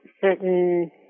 certain